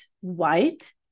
white